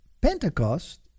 Pentecost